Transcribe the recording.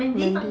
mandy